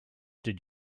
did